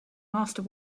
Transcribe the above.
master